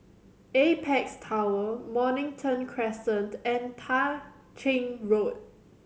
Apex Tower Mornington Crescent and Tah Ching Road